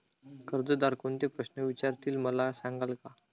कर्जदार कोणते प्रश्न विचारतील, मला सांगाल का?